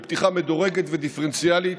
פתיחה מדורגת ודיפרנציאלית,